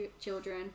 children